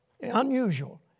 unusual